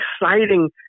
exciting